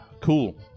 Cool